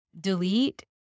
delete